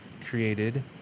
created